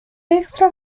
extra